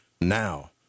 now